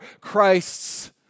Christ's